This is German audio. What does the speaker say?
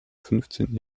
fünfzehnten